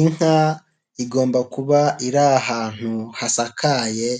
Inka igomba kuba iri ahantu hasakaye,